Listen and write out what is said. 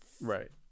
Right